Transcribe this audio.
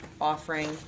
offering